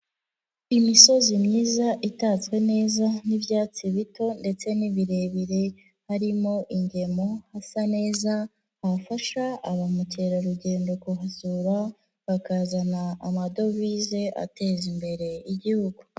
Imisozi myiza itatswe neza n'ibyatsi bito ndetse n' ibirebire, harimo ingemu hasa neza hafasha ba mukerarugendo kuhasura, bakazana amadovize ateza imbere igihugu.